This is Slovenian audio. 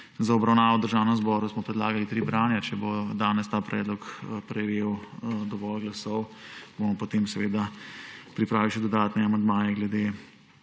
Za obravnavo v Državnem zboru smo predlagali tri branja, če bo danes ta predlog prejel dovolj glasov, bomo potem seveda pripravili še dodatne amandmaje glede